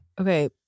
Okay